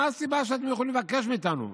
מה הסיבה שאתם יכולים לבקש מאיתנו?